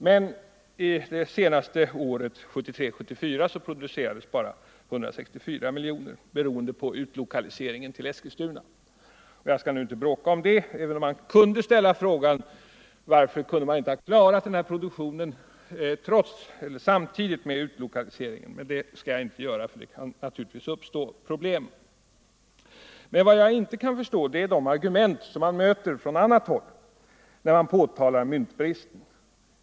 Men under det senaste 15 året, 1973/74, producerades bara 164 miljoner, beroende på utflyttningen till Eskilstuna. Jag skall nu inte bråka om det, men man kunde ställa frågan: Varför kunde man inte ha klarat den normala produktionen samtidigt med utlokaliseringen? Men jag skall alltså inte ställa frågan. Det kan naturligtvis uppstå problem i samband med flyttningen. Vad jag inte kan förstå är emellertid de argument som man möter från annat håll när man påtalar myntbristen.